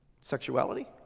sexuality